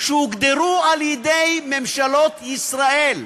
שהוגדרו על-ידי ממשלות ישראל,